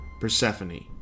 Persephone